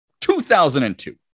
2002